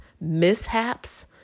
mishaps